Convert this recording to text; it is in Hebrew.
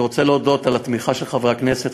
אני רוצה להודות על התמיכה של חברי הכנסת,